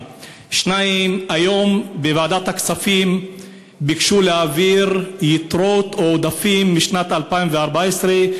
1. 2. היום בוועדת הכספים ביקשו להעביר יתרות עודפים משנת 2014,